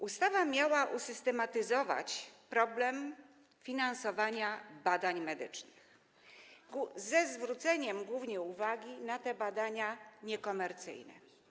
Ustawa miała usystematyzować problem finansowania badań medycznych ze zwróceniem głównie uwagi na badania niekomercyjne.